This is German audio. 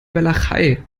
walachei